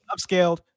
Upscaled